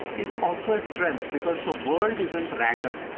is also a strength, because the world isn't random.